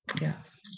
Yes